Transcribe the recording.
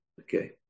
Okay